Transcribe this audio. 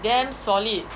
damn solid